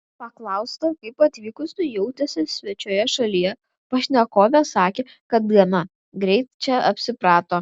paklausta kaip atvykusi jautėsi svečioje šalyje pašnekovė sakė kad gana greit čia apsiprato